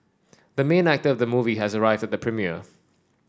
the main actor of the movie has arrived at the premiere